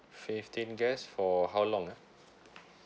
fifteen guests for how long ah